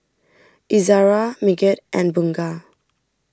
Izzara Megat and Bunga